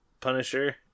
Punisher